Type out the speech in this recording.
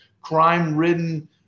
crime-ridden